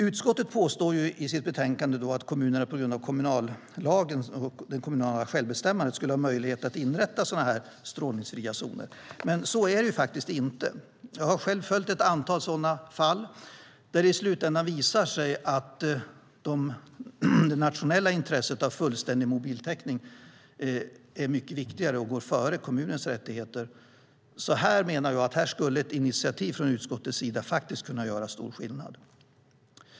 Utskottet påstår i sitt betänkande att kommunerna på grund av det kommunala självbestämmandet skulle ha möjlighet att inrätta sådana strålningsfria zoner. Men så är det faktiskt inte. Jag har själv följt ett antal sådana fall, där det i slutändan visar sig att det nationella intresset av fullständig mobiltäckning är mycket viktigare och går före kommunens rättigheter. Här menar jag att ett initiativ från utskottets sida skulle kunna göra stor skillnad.